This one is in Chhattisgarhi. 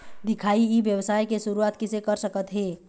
दिखाही ई व्यवसाय के शुरुआत किसे कर सकत हे?